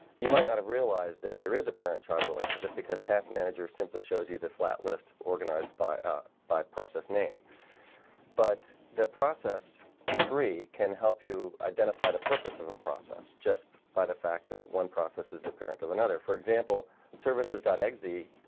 you might not have realized that there is a parent-child relationship because task manager simply shows you the flat list organized by ah by process name but the process tree can help you identify the purpose of a process just by the fact that one process is the parent of another for example services eggsy.